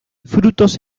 frutos